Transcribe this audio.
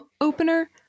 opener